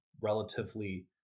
relatively